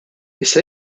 issa